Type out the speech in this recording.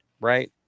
right